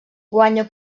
guanya